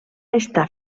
estar